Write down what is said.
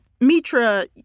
Mitra